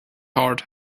heart